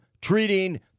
treating